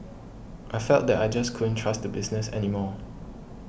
I felt that I just couldn't trust the business any more